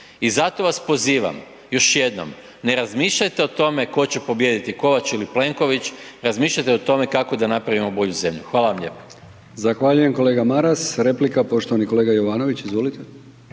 I zato vas pozivam još jednom, ne razmišljajte o tome tko će pobijediti Kovač ili Plenković, razmišljajte o tome kako da napravimo bolju zemlju. Hvala vam lijepo.